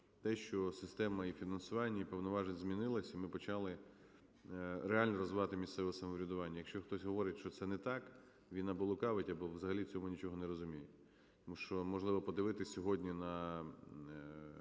що система і фінансування, і повноважень змінилася, і ми почали реально розвивати місцеве самоврядування. Якщо хтось говорить, що це не так, він або лукавить або взагалі в цьому нічого не розуміє. Тому що можливо подивитись сьогодні на